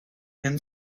and